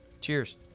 Cheers